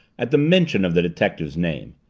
at the mention of the detective's name.